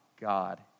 God